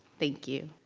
thank you.